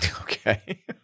Okay